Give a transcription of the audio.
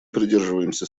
придерживаемся